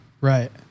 Right